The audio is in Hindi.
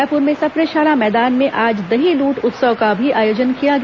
रायपुर में सप्रे शाला मैदान में आज दही लूट उत्सव का भी आयोजन किया गया